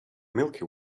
milky